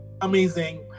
Amazing